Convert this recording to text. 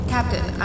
Captain